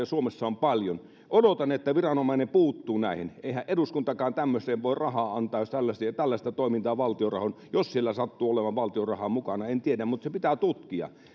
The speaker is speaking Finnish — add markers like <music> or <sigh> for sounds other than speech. <unintelligible> suomessa on paljon odotan että viranomainen puuttuu näihin eihän eduskuntakaan tämmöiseen voi rahaa antaa jos tällaista toimintaa valtion rahoin tehdään jos siellä sattuu olemaan valtion rahaa mukana en tiedä mutta se pitää tutkia